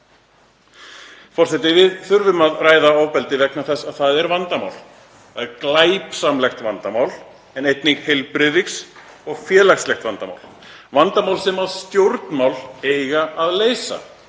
Forseti. Við þurfum að ræða ofbeldi vegna þess að það er vandamál. Það er glæpsamlegt vandamál en einnig heilbrigðisvandamál og félagslegt vandamál. Það er vandamál sem stjórnmál eiga að leysa,